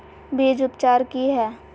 बीज उपचार कि हैय?